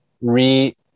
re